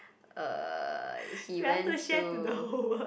uh he went to